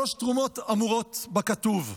שלוש תרומות אמורות בכתוב.